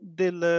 del